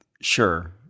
Sure